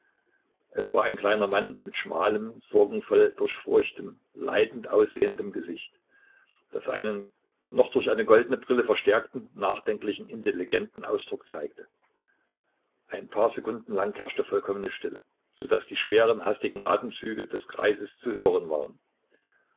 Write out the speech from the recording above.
es war ein kleiner mann mit schmalem sorgenvoll durchfurchtem leidend aussehendem gesicht das einen noch durch eine goldene brille verstärkten nachdenklichen intelligenten ausdruck zeigte ein paar sekunden lang herrschte vollkommene stille so daß die schweren hastigen atemzüge des greises zu hören waren